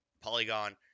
Polygon